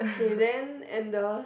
K then and the